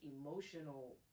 emotional